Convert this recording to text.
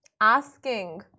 asking